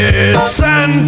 Listen